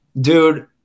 Dude